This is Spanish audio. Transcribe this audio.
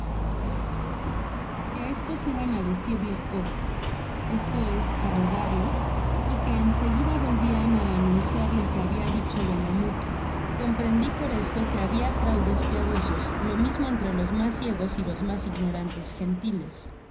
que estos iban á decirte o esto es á rogarle y que en seguida volvian á anunciar lo que habia didicho benamouki comprendi por esto que habia fraudes piadosos lo mismo entre los mas ciegos y los mas ignorantes gentiles